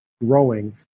growing